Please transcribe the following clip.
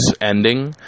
ending